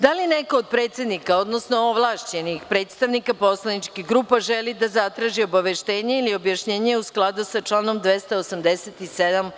Da li neko od predsednika, odnosno ovlašćenih predstavnika poslaničkih grupa želi da zatraži obaveštenje ili objašnjenja u skladu sa članom 287.